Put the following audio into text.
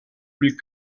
plus